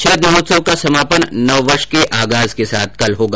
शरद महोत्सव का समापन नववर्ष के आगाज के साथ कल होगा